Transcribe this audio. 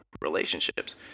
relationships